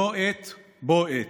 לא עת בוא עת,